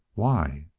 why?